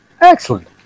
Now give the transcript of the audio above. Excellent